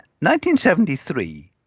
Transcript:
1973